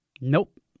Nope